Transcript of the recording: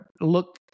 look